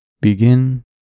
Begin